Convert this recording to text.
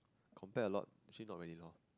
compare a lot actually not really loh